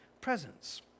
presence